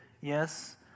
Yes